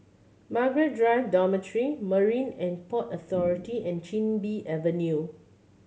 Margaret Drive Dormitory Marine And Port Authority and Chin Bee Avenue